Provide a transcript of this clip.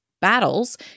battles